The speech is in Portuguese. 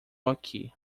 aqui